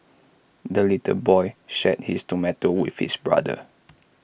the little boy shared his tomato with his brother